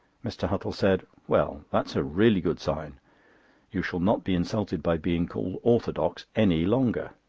mr. huttle said well, that's a real good sign you shall not be insulted by being called orthodox any longer.